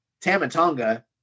Tamatonga